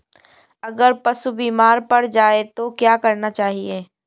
अगर पशु बीमार पड़ जाय तो क्या करना चाहिए?